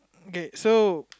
K so